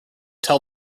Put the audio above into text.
tell